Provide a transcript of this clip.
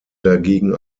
dagegen